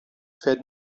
fährt